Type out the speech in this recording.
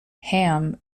ham